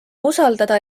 usaldada